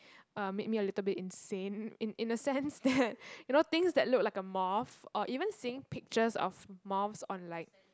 uh made me a little bit insane in in a sense that you know things that look like a moth or even seeing pictures of moths on like